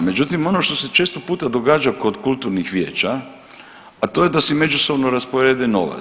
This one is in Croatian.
Međutim, ono što će često puta događa kod kulturnih vijeća, a to je da si međusobno rasporede novac.